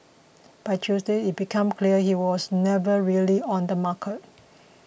by Tuesday it became clear he was never really on the market